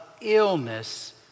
illness